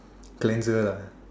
cleanser lah